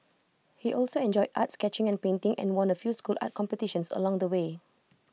he also enjoyed art sketching and painting and won A few school art competitions along the way